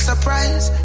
Surprise